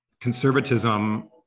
conservatism